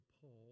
Paul